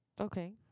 Okay